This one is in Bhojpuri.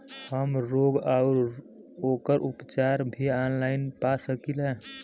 हमलोग रोग अउर ओकर उपचार भी ऑनलाइन पा सकीला?